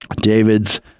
David's